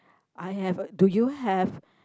I have a do you have